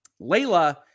Layla